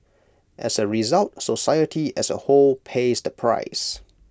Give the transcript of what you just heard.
as A result society as A whole pays the price